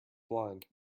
blind